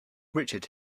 richard